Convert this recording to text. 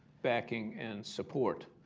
backing and support.